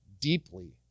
deeply